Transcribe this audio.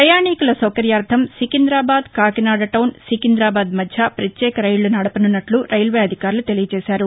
ప్రపయాణికుల సౌకర్యార్లం సికింద్రాబాద్ కాకినాడ టౌన్ సికింద్రాబాద్ మధ్య ప్రత్యేక రైళ్లు నడుపనున్నట్లు రైల్వే అధికారులు తెలిపారు